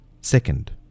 Second